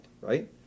right